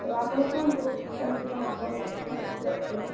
ଆଉ ଆପଣ କୁହନ୍ତୁ କେମିତି କ'ଣ ଆପଣଙ୍କର ଛୁଆମାନେ ସବୁ ରଖିଲେ